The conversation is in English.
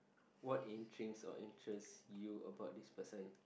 what intrigues or interests you about this person